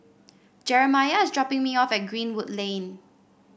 Jeramiah is dropping me off at Greenwood Lane